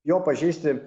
jo pažeisti